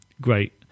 great